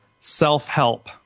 self-help